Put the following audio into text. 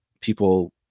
people